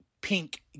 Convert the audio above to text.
pink